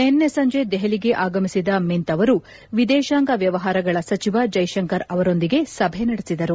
ನಿನ್ನೆ ಸಂಜೆ ದೆಹಲಿಗೆ ಆಗಮಿಸಿದ ಮಿಂತ್ ಅವರು ವಿದೇಶಾಂಗ ವ್ಯವಹಾರಗಳ ಸಚಿವ ಜೈಶಂಕರ್ ಅವರೊಂದಿಗೂ ಸಭೆ ನಡೆಸಿದರು